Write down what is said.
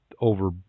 over